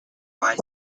wine